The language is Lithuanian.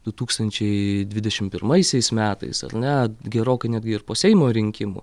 du tūkstančiai dvidešim pirmaisiais metais ar ne gerokai netgi ir po seimo rinkimų